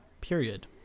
period